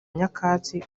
nyakatsi